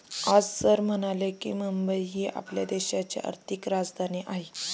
आज सर म्हणाले की, मुंबई ही आपल्या देशाची आर्थिक राजधानी आहे